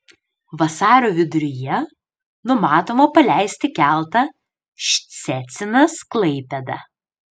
vasario viduryje numatoma paleisti keltą ščecinas klaipėda